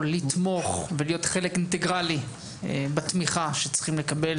לתמוך ולהיות חלק אינטגרלי בתמיכה שצריכים לקבל